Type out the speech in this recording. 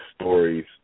stories